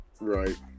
Right